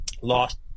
lost